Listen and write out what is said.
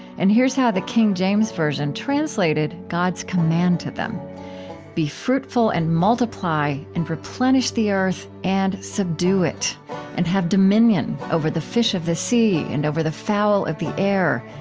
and here's how the king james version translated god's command to them be fruitful and multiply, and replenish the earth, and subdue it and have dominion over the fish of the sea, and over the fowl of the air,